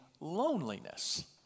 loneliness